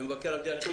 למבקר המדינה.